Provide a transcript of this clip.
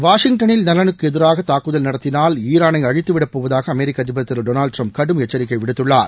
வாஷிங்டனிள் நலனுக்கு எதிராக தாக்குதல் நடத்தினால் ஈராளை அழித்து விடப்போவதாக அமெரிக்க அதிபர் திரு டொனால்டு டிரம்ப் கடும் எச்சரிக்கை விடுத்துள்ளார்